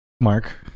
Mark